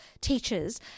teachers